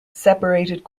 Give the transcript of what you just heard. separated